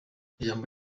ijambo